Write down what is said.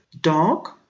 dog